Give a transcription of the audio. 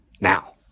Now